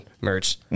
merch